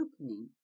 opening